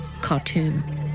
Khartoum